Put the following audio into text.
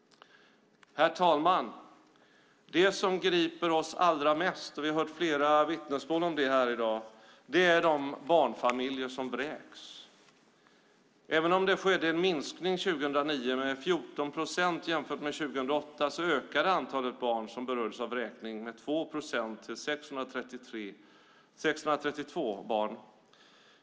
Herr talman! Det som griper oss allra mest är de barnfamiljer som vräks. Vi har hört flera vittnesmål om detta här i dag. Även om det skedde en minskning 2009 med 14 procent jämfört med 2008 ökade antalet barn som berördes av vräkning med 2 procent till 632 barn.